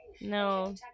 No